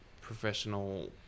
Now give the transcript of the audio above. professional